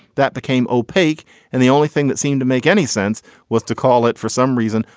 that became opaque and the only thing that seemed to make any sense was to call it for some reason.